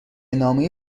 نامه